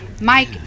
mike